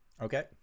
okay